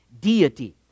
deity